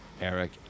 Eric